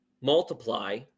multiply